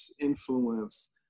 influence